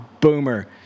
Boomer